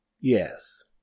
Yes